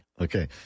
Okay